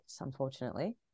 unfortunately